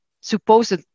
supposed